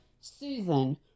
Susan